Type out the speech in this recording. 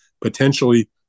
potentially